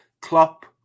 Klopp